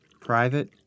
Private